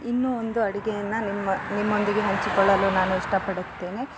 ಇನ್ನೂ ಒಂದು ಅಡಿಗೆಯನ್ನು ನಿಮ್ಮ ನಿಮ್ಮೊಂದಿಗೆ ಹಂಚಿಕೊಳ್ಳಲು ನಾನು ಇಷ್ಟ ಪಡುತ್ತೇನೆ